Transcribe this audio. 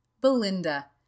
Belinda